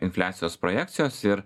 infliacijos projekcijos ir